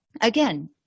Again